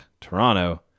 Toronto